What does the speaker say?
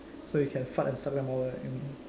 so you can fart and suck all of them in